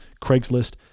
Craigslist